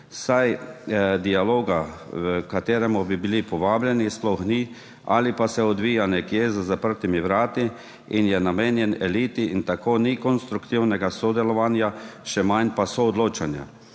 saj dialoga, h kateremu bi bili povabljeni, sploh ni ali pa se odvija nekje za zaprtimi vrati in je namenjen eliti. Tako ni konstruktivnega sodelovanja, še manj pa soodločanja.